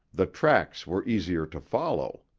the tracks were easier to follow.